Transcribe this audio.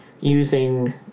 using